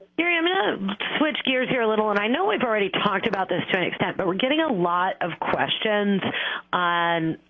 gary, i'm gonna switch gears here a little and i know we've already talked about this to an extent, but we're getting a lot of questions on,